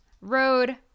road